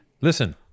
Listen